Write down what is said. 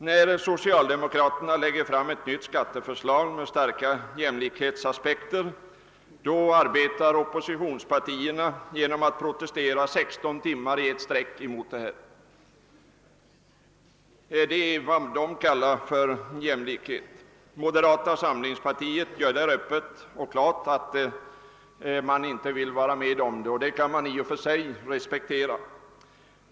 När sociaidemokraterna lägger fram ett nytt skatteförslag med starka jämlikhetsaspekter arbetar oppositionspartierna för jämlikheten genom att protestera 16 timmar i ett sträck mot det. Det är vad de kallar jämlikhet. Moderata samlingspartiet säger öppet och klart att det inte vill vara med om en sådan reform, och det kan man i och för sig respektera.